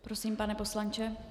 Prosím, pane poslanče.